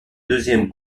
deuxième